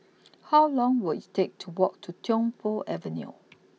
how long will it take to walk to Tiong Poh Avenue